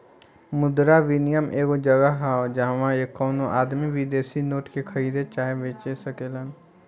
मुद्रा विनियम एगो जगह ह जाहवा कवनो आदमी विदेशी नोट के खरीद चाहे बेच सकेलेन